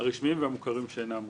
הרשמיים והמוכרים שאינם רשמיים.